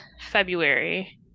February